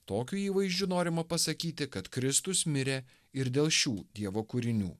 tokiu įvaizdžiu norima pasakyti kad kristus mirė ir dėl šių dievo kūrinių